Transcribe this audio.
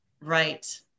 Right